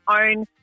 own